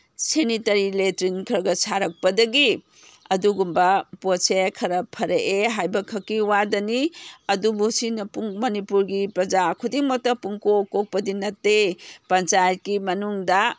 sanitary latrine ꯈꯔ ꯈꯔ ꯁꯥꯔꯛꯄꯗꯒꯤ ꯑꯗꯨꯒꯨꯝꯕ ꯄꯣꯠꯁꯦ ꯈꯔ ꯐꯔꯛꯑꯦ ꯍꯥꯏꯕ ꯈꯛꯀꯤ ꯋꯥꯗꯅꯤ ꯑꯗꯨꯕꯨ ꯁꯤꯅ ꯃꯅꯤꯄꯨꯔꯒꯤ ꯄ꯭ꯔꯖꯥ ꯈꯨꯗꯤꯡꯃꯛꯇ ꯄꯨꯡꯀꯣꯛ ꯀꯣꯛꯄꯗꯤ ꯅꯠꯇꯦ ꯄꯟꯆꯥꯌꯠꯀꯤ ꯃꯅꯨꯡꯗ